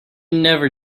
never